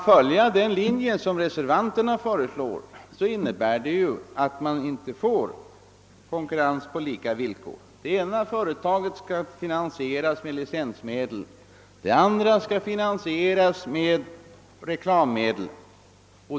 Följer vi reservanternas förslag innebär det att vi inte får konkurrens på lika villkor, det ena företaget skall finansieras med licensmedel, medan det andra skall finansieras med reklammedel.